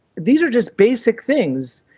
these are just basic things.